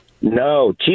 No